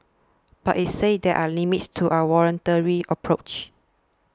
but it said there are limits to a voluntary approach